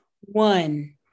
One